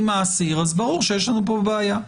עם האסיר ברור שיש לנו פה בעיה.